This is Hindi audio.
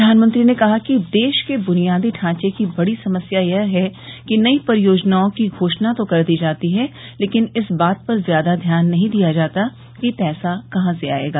प्रधानमंत्री ने कहा कि देश के बुनियादी ढांचे की बड़ी समस्या यह है कि नई परियोजनाओं की घोषणा तो कर दी जाती है लेकिन इस बात पर ज्यादा ध्यान नहीं जाता कि पैसा कहां से आएगा